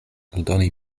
aldoni